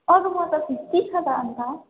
अरूमा त फिफ्टी छ त अन्त